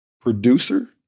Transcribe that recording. producer